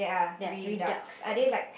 ya three ducks